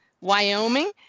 Wyoming